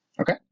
Okay